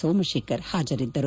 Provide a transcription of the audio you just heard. ಸೋಮಶೇಖರ್ ಹಾಜರಿದ್ದರು